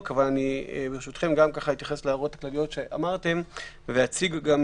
וברשותכם אתייחס גם להערות הכלליות שלכם ואציג,